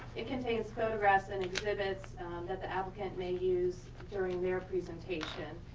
it contains photographs and exhibits that the applicant may use during their presentation.